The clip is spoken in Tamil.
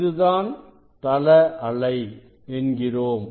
இதுதான் தள அலை என்கிறோம்